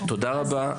תודה רבה.